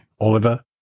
oliver